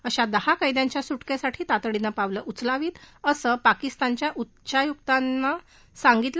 अशा दहा कैद्यांच्या सु क्रिसाठी तातडीनं पावलं उचलावीत असं पाकिस्तानच्या उच्चायुक्तानं सांगितलं